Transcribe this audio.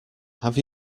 have